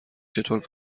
چطور